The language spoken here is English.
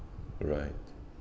right